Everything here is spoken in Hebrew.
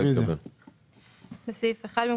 לגבי הסיפור של הנומרטור,